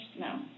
No